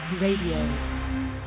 Radio